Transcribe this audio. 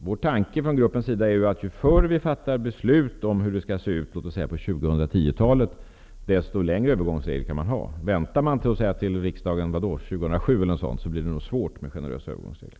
Vår tanke i gruppen var att ju förr vi fattar beslut om hur det skall se ut på låt oss säga 2010 talet, desto mer omfattande övergångsregler kan man ha. Väntar riksdagen till 2007 eller något sådant blir det svårt med generösa övergångsregler.